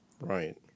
Right